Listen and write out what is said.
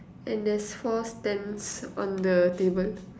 and there's four stands on the table